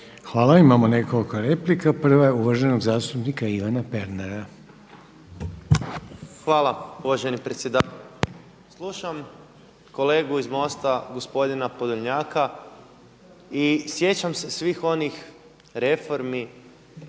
Hvala. Imamo nekoliko replika. Prva je uvaženog zastupnika Ivana Pernara. **Pernar, Ivan (Živi zid)** Hvala uvaženi predsjedavajući. Slušam kolegu iz MOST-a, gospodina Podolnjaka i sjećam se svih onih reformi